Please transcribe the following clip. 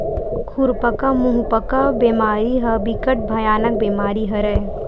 खुरपका मुंहपका बेमारी ह बिकट भयानक बेमारी हरय